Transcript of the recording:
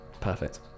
Perfect